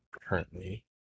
currently